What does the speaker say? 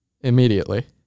immediately